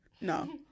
No